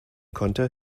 konnte